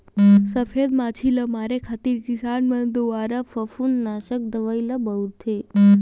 सफेद मांछी ल मारे खातिर किसान मन दुवारा फफूंदनासक दवई ल बउरथे